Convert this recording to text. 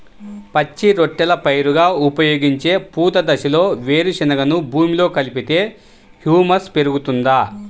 పచ్చి రొట్టెల పైరుగా ఉపయోగించే పూత దశలో వేరుశెనగను భూమిలో కలిపితే హ్యూమస్ పెరుగుతుందా?